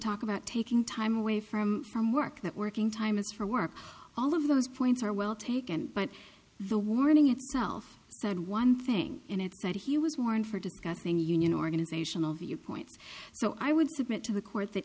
talk about taking time away from from work that working time is for work all of those points are well taken but the warning itself said one thing and it's that he was born for discussing union organizational viewpoints so i would submit to the court th